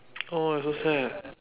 !aww! so sad